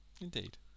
Indeed